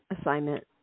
assignment